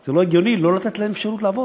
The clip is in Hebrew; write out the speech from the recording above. זה לא הגיוני לא לתת להם אפשרות לעבוד,